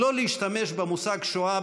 לא להשתמש במושג שואה,